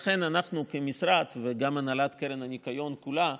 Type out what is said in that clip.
לכן אנחנו במשרד, וגם בהנהלת קרן הניקיון כולה,